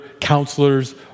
counselors